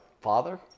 father